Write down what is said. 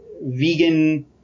vegan